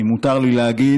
אם מותר לי להגיד,